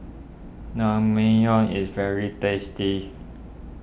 Naengmyeon is very tasty